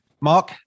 Mark